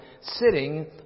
sitting